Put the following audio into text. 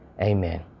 Amen